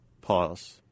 Pause